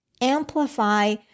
amplify